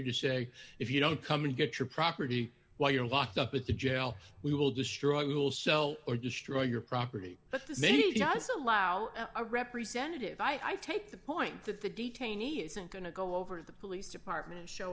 to say if you don't come and get your property while you're locked up at the jail we will destroy a little cell or destroy your property but this many just allow a representative i take the point that the detainee isn't going to go over to the police department and show